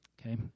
Okay